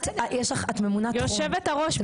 את ממונה --- יושבת הראש,